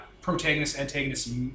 protagonist-antagonist